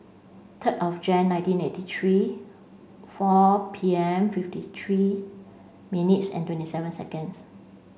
ten of Jan nineteen eighty three four P M fifty three minutes and twenty seven seconds